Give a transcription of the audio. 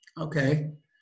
okay